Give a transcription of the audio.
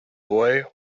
boy